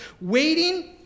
Waiting